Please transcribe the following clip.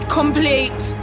complete